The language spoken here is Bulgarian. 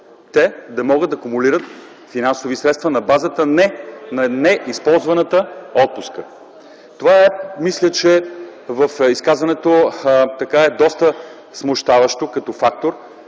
те да могат да кумулират финансови средства на базата на неизползвания отпуск. Мисля, че в изказването това е доста смущаващо като фактор,